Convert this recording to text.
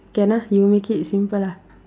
can ah you make it simple lah